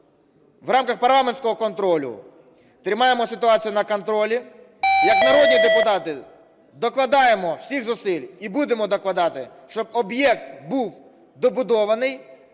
в рамках парламентського контролю тримаємо ситуацію на контролі. Як народні депутати докладаємо всіх зусиль і будемо докладати, щоб об'єкт був добудований,